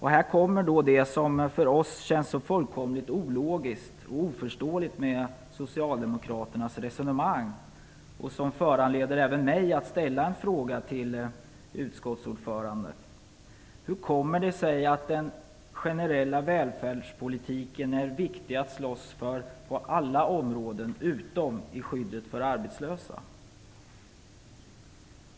Här kommer då det som för oss känns så fullkomligt ologiskt och oförståeligt med Socialdemokraternas resonemang och som föranleder även mig att ställa en fråga till utskottets ordförande: Hur kommer det sig att det är viktigt att slåss för den generella välfärdspolitiken på alla områden utom i skyddet för arbetslösa?